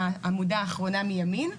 העמודה האחרונה מימין,